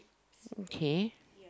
okay